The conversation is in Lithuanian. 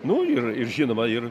nu ir ir žinoma ir